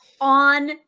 on